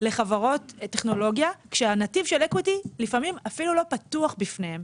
לחברות טכנולוגיה כשהנתיב של אקוויטי לפעמים אפילו לא פתוח בפניהם.